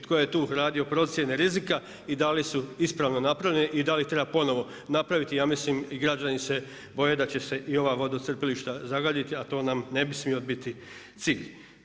Tko je tu radio procjene rizika i da li su ispravno napravljene i dal i treba ponovno napraviti, ja mislim i građani se boje da će se i ova vodocrpilišta zagaditi, a to nam ne bi smio biti cilj.